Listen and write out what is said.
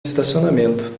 estacionamento